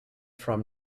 from